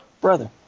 Brother